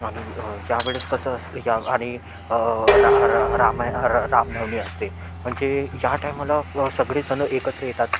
अजून त्या वेळेस कसं असतं ह्या आणि रा र राम राम नवमी असते म्हणजे या टायमाला सगळेजणं एकत्र येतात